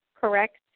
correct